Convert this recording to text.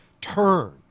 turn